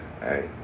Hey